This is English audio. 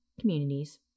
communities